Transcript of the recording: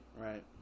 right